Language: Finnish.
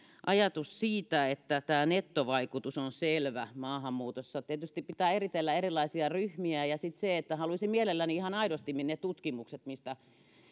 ajatus siitä että tämä nettovaikutus on selvä maahanmuutossa tietysti pitää eritellä erilaisia ryhmiä ja sitten haluaisin mielelläni nähdä ihan aidosti ne tutkimukset mistä